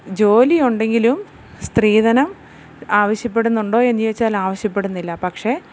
ജോലി ഉണ്ടെങ്കിലും സ്ത്രീധനം ആവശ്യപ്പെടുന്നുണ്ടോ എന്ന് ചോദിച്ചാൽ ആവശ്യപ്പെടുന്നില്ല പക്ഷേ